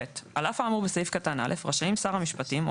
(ב)על אף האמור בסעיף קטן (א) רשאים שר המשפטים או